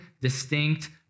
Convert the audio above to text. distinct